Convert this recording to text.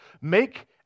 make